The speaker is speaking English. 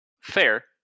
Fair